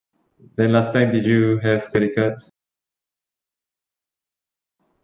then last time did you have credit cards